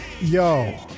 Yo